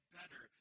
better